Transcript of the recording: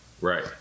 Right